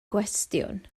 gwestiwn